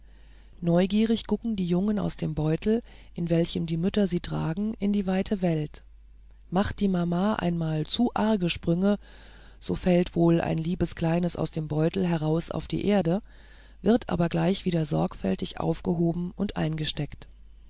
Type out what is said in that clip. neugierig gucken die jungen aus dem beutel in welchem die mütter sie tragen in die weite welt macht die mama einmal zu arge sprünge so fällt wohl so ein liebes kleines aus dem beutel heraus auf die erde wird aber gleich wieder sorgfältig aufgehoben und eingesteckt